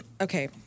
Okay